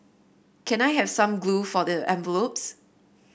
can I have some glue for the envelopes